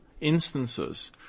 instances